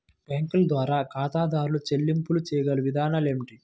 బ్యాంకుల ద్వారా ఖాతాదారు చెల్లింపులు చేయగల విధానాలు ఏమిటి?